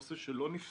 זה גם נושא שלא נפתר.